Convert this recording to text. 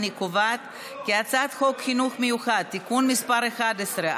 אני קובעת כי הצעת חוק חינוך מיוחד (תיקון מס' 11),